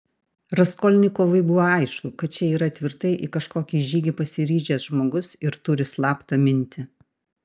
raskolnikovui aišku buvo kad čia yra tvirtai į kažkokį žygį pasiryžęs žmogus ir turi slaptą mintį